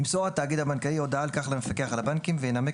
ימסור התאגיד הבנקאי הודעה על כך למפקח על הבנקים וינמק